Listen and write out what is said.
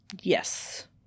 Yes